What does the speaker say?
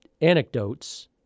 anecdotes